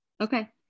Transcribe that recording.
Okay